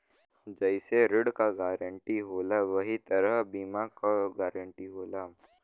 जइसे ऋण के गारंटी होला वही तरह बीमा क गारंटी होला